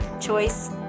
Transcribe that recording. choice